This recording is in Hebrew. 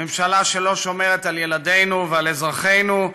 ממשלה שלא שומרת על ילדינו ועל אזרחינו.